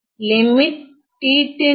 2